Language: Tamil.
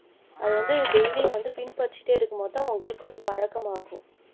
அது வந்து டெய்லியும் வந்து பின்பற்றிகிட்டே இருக்கும் போதுதான் உங்களுக்கு அது பழக்கமாகும்